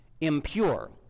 impure